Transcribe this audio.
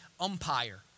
umpire